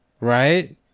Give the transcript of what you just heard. right